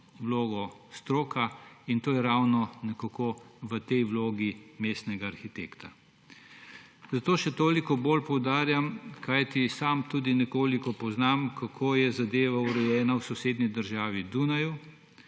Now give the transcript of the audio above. vlogo stroka in to je ravno nekako v tej vlogi mestnega arhitekta. Zato še toliko bolj poudarjam, kajti sam tudi nekoliko poznam, kako je zadeva urejena v sosednji državi, Dunaju,